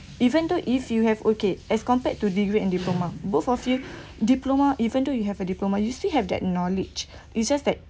even though if you have okay as compared to degree and diploma both of you diploma even though you have a diploma you still have that knowledge it just that